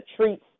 treats